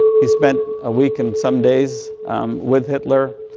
he spent a week and some days with hitler.